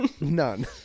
none